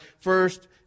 First